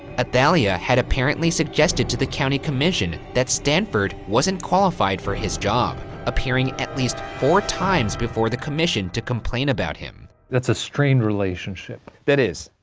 athalia had apparently suggested to the county commission that stanford wasn't qualified for his job, appearing at least four times before the commission to complain about him. that's a strained relationship. that is,